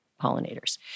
pollinators